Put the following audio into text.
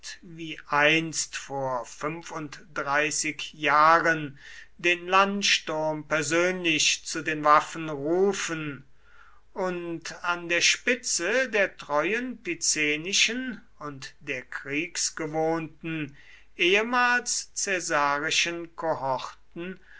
wie einst vor fünfunddreißig jahren den landsturm persönlich zu den waffen rufen und an der spitze der treuen picenischen und der kriegsgewohnten ehemals caesarischen kohorten